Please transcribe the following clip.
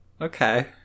Okay